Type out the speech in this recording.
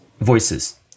voices